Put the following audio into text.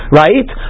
right